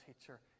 teacher